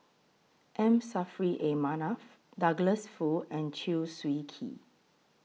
M Saffri A Manaf Douglas Foo and Chew Swee Kee